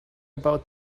about